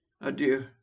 adieu